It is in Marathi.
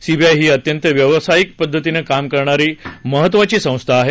सीबीआय ही अत्यंत व्यावसायिक पद्धतीनं काम करणारी महत्वाची संस्था आहे